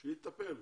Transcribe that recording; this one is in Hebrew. שהיא תטפל.